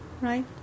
right